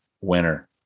Winner